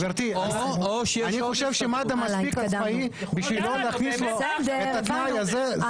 גברתי אני חושב שמד"א מספיק עצמאי בשביל לא להכניס לו את התנאי הזה,